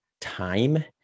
time